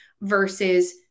versus